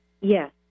Yes